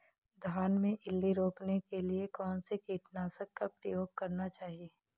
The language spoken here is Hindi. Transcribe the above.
धान में इल्ली रोकने के लिए कौनसे कीटनाशक का प्रयोग करना चाहिए?